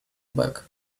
back